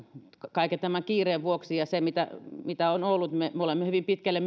kaiken tämän kiireen ja sen vuoksi mitä on ollut me me olemme hyvin pitkälle